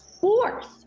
fourth